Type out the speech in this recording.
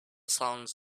songs